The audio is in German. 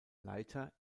leiter